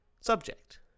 subject